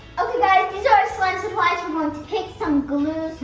okay guys, these are our slime supplies, we're going to pick some glue.